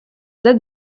date